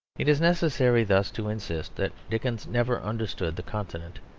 it is necessary thus to insist that dickens never understood the continent,